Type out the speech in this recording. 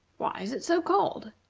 why is it so called?